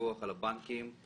הפיקוח לא